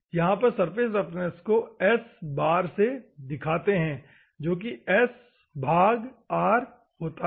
यहां पर surface roughness को Sbar से दिखते है जो कि S भाग R होता है